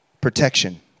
protection